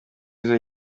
izo